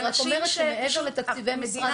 אני רק אומרת שמעבר לתקציבי משרד החינוך -- זה